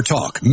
Talk